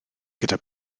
gyda